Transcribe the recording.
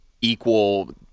equal